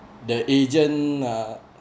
the agent uh